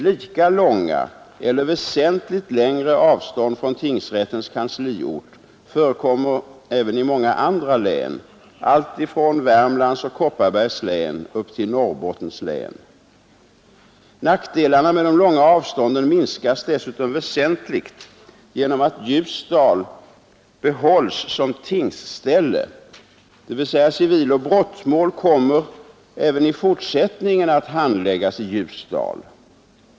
Lika långa eller väsentligt längre avstånd från tingsrättens kansliort förekommer även i många andra län alltifrån Värmlands och Kopparbergs län till Norrbottens län. Nackdelarna med de långa avstånden minskas dessutom väsentligt genom att Ljusdal behålls som tingsställe, dvs. civiloch brottmål kommer även i fortsättningen att handläggas i Ljusdal.